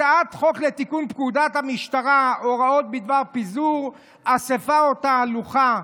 הצעת חוק לתיקון פקודת המשטרה (הוראות בדבר פיזור אספה או תהלוכה):